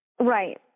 Right